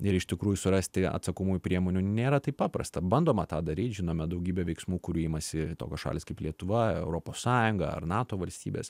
ir iš tikrųjų surasti atsakomųjų priemonių nėra taip paprasta bandoma tą daryt žinome daugybę veiksmų kurių imasi tokios šalys kaip lietuva europos sąjunga ar nato valstybės